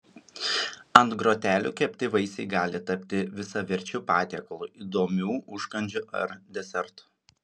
ant grotelių kepti vaisiai gali tapti visaverčiu patiekalu įdomiu užkandžiu ar desertu